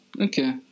Okay